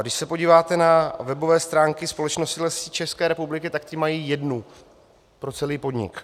Když se podíváte na webové stránky společnosti Lesy České republiky, tak ti mají jednu pro celý podnik.